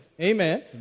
Amen